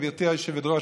גברתי היושבת-ראש,